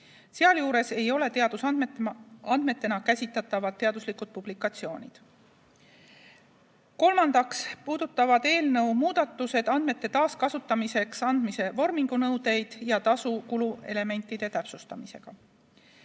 Sealjuures ei ole teadusandmetena käsitletavad teaduslikud publikatsioonid. Kolmandaks puudutavad eelnõu muudatused andmete taaskasutamiseks andmise vormingu nõudeid ja tasu kuluelementide täpsustamisega.